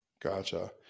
Gotcha